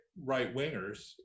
right-wingers